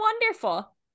wonderful